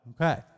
Okay